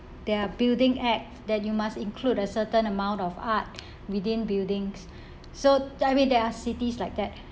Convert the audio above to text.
their building act that you must include a certain amount of art within buildings so I mean there are cities like that